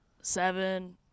seven